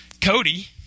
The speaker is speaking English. Cody